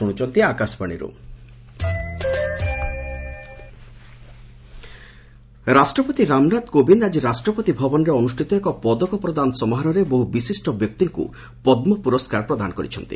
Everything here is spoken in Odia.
ପ୍ରେକ୍ ପଦ୍ମ ଆୱାର୍ଡ଼ ରାଷ୍ଟ୍ରପତି ରାମନାଥ କୋବିନ୍ଦ୍ ଆଜି ରାଷ୍ଟ୍ରପତି ଭବନରେ ଅନୁଷ୍ଠିତ ଏକ ପଦକ ପ୍ରଦାନ ସମାରୋହରେ ବହୁ ବିଶିଷ୍ଟ ବ୍ୟକ୍ତିଙ୍କୁ ପଦ୍କ ପୁରସ୍କାର ପ୍ରଦାନ କରିଛନ୍ତି